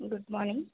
good morning